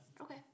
Okay